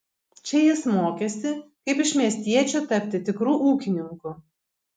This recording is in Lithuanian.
čia jis mokėsi kaip iš miestiečio tapti tikru ūkininku